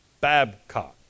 Babcock